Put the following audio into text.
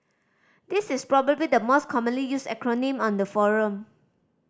this is probably the most commonly used acronym on the forum